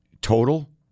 total